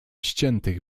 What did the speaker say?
ściętych